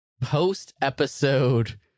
post-episode